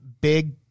big